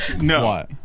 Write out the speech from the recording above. No